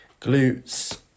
glutes